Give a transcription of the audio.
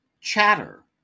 Chatter